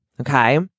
Okay